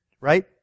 right